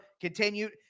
continued